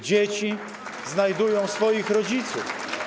Dzieci znajdują swoich rodziców.